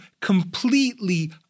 completely